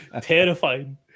terrifying